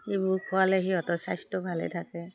সেইবোৰ খোৱালে সিহঁতৰ স্বাস্থ্য ভালে থাকে